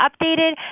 updated